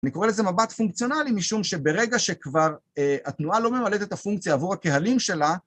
אני קורא לזה מבט פונקציונלי, משום שברגע שכבר התנועה לא ממלאת את הפונקציה עבור הקהלים שלה